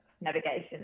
navigation